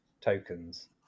tokens